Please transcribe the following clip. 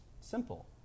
simple